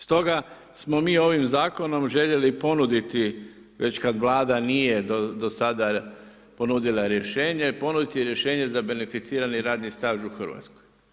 Stoga smo mi ovim zakonom željeli ponuditi već kad Vlada nije do sada ponudila rješenje, ponuditi rješenje za beneficirani radni staž u Hrvatskoj.